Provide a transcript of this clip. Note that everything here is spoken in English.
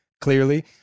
clearly